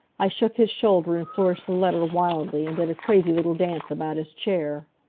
i shook his shoulder and flourished the letter wildly, and did a crazy little dance about his chair.